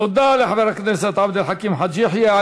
תודה לחבר הכנסת עבד אל חכים חאג' יחיא.